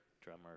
drummer